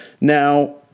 Now